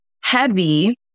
heavy